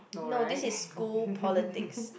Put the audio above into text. no this is school politics